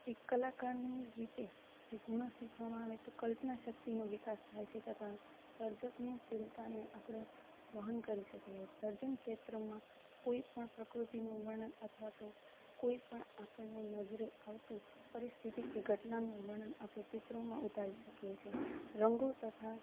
એક કલાકારની રીતે જો ગુણો શીખવામાં આવે તો કલ્પના શક્તિનો વિકાસ થાય છે તથા સર્જકની શિલતાને આપણે વહન કરી શકીએ સર્જન ક્ષેત્રમાં કોઈપણ પ્રકૃતિનું વર્ણન અથવા તો કોઈપણ આપણને નજરે આવતું પરિસ્થિતિ કે ઘટનાનું વર્ણન આપણે ચિત્રોમાં ઉતારી શકીએ છીએ રંગો તથા